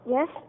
Yes